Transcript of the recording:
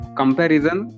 comparison